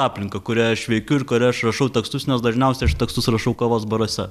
aplinka kurią aš veikiu ir kurioje aš rašau tekstus nes dažniausiai aš tekstus rašau kavos baruose